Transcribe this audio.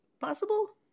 possible